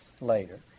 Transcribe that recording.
later